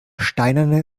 steinerne